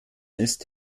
ist